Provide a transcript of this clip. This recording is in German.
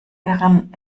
ihren